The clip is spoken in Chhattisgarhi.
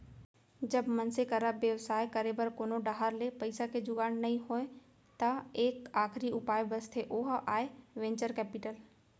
जब मनसे करा बेवसाय करे बर कोनो डाहर ले पइसा के जुगाड़ नइ होय त एक आखरी उपाय बचथे ओहा आय वेंचर कैपिटल